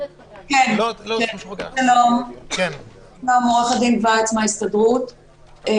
השערורייתי שהיה כשהקמנו את ממשלת החילופים לפיו